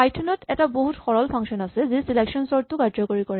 Python ত এটা বহুত সৰল ফাংচন আছে যি চিলেকচন চৰ্ট টো কাৰ্যকৰী কৰে